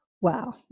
wow